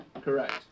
Correct